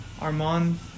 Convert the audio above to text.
Armand